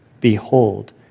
Behold